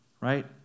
right